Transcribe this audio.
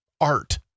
art